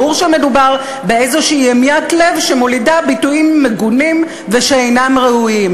ברור שמדובר באיזו המיית לב שמולידה ביטויים מגונים ושאינם ראויים.